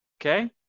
Okay